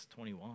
21